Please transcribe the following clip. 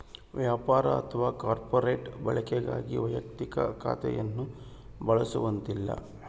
ವ್ಯಾಪಾರ ಅಥವಾ ಕಾರ್ಪೊರೇಟ್ ಬಳಕೆಗಾಗಿ ವೈಯಕ್ತಿಕ ಖಾತೆಯನ್ನು ಬಳಸುವಂತಿಲ್ಲ